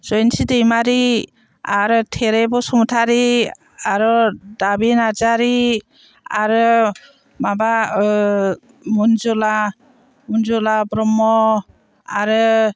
जयन्ति दैमारि आरो थेरे बसुमतारि आरो दाबि नार्जारि आरो माबा मनजुला ब्रह्म आरो